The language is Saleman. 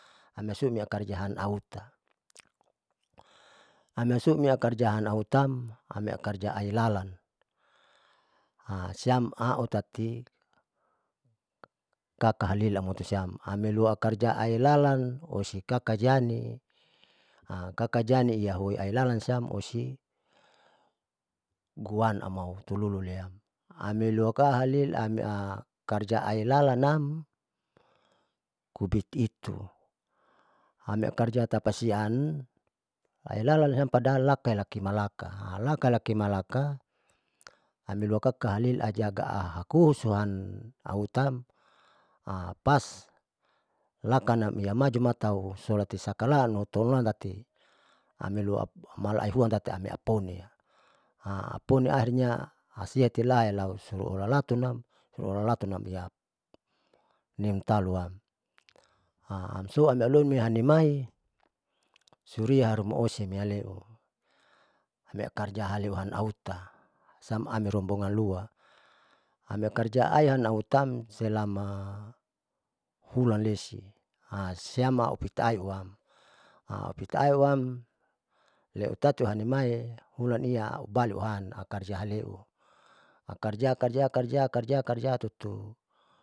Ami asun aukarja han auta amiasuni akarjaam autam ami akarja ailalan siam au tati kakahalil amotosiamhamilua karja ailalan osikaka jani kakajani ia huoi ailalansiam osi, guan amahutuluule amilua kahalil amiakarja ailalanam kubik itu hami akarja tapasiam ailalasiam padahal lakai lakimalaka, laka lakimalaka saamilua amilua kaka halil ajak hakusuam autam pas lakanam iamajuma tahu solakisalam hutuulan tati amilua mala aihulan tati aponia aponi ahirnya hasite lahi lasulu olalatunam olalatunam ia nimtaruam, amso amialoni mai suria haruma osie maleu amieh karja haleuan auta siam amirombongan lua ami akarja aian lautam silama hulan lesi siam aui ihuam aa aupita aihuam lautati hanimaie hulan iaaubaluan aukarja haleu akarja karja karja karja tutu.